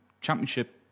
championship